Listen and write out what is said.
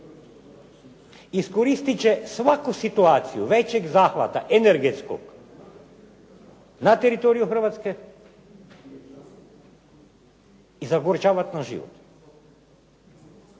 Iskoristiti će svaku situaciju većeg zahvata energetskog na teritoriju Hrvatske i zagorčavati nam život.